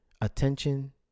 Attention